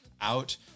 out